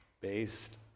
based